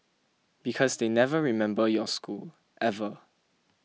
because they never remember your school ever